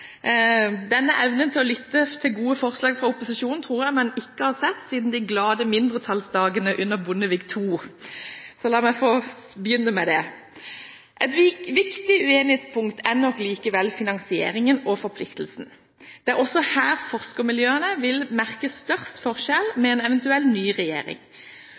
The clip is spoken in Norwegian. Denne evnen til å lytte til gode forslag fra opposisjonen tror jeg ikke man har sett siden de glade mindretallsdagene under Bondevik II – la meg få begynne med det. Viktige uenighetspunkter er nok likevel finansieringen og forpliktelsen. Det er også her forskermiljøene vil merke størst forskjell med en eventuell ny regjering.